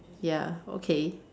ya okay